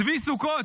צבי סוכות,